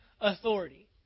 authority